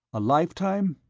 a lifetime?